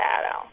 shadow